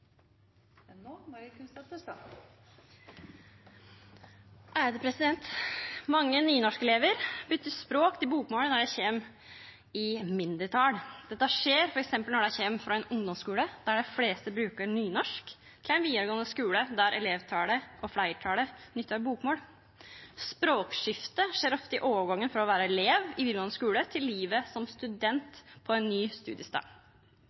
Mange nynorskelevar byter språk til bokmål når dei kjem i mindretal. Dette skjer f.eks. når dei kjem frå ein ungdomsskule der dei fleste brukar nynorsk, til ein vidaregåande skule der elevfleirtalet nyttar bokmål. Språkskifte skjer ofte i overgangen frå det å vera elev i vidaregåande skule til livet som student på ein ny studiestad.